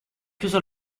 chiuso